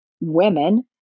women